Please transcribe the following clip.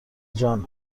جان